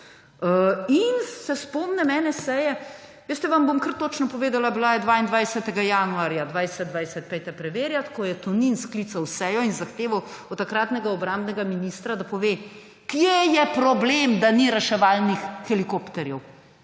In se spomnim ene seje, vam bom kar točno povedala, bila je 22. januarja 2020, pojdite preverjat, ko je Tonin sklical sejo in zahteval od takratnega obrambnega ministra, da pove, kje je problem, da ni reševalnih helikopterjev.